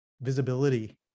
visibility